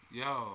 yo